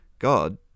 God